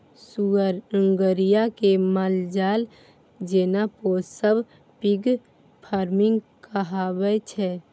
सुग्गरि केँ मालजाल जेना पोसब पिग फार्मिंग कहाबै छै